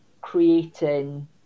creating